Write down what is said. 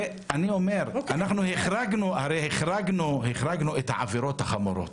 הרי החרגנו את העבירות החמורות.